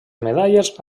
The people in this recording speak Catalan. medalles